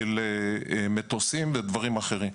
של מטוסים ודברים אחרים.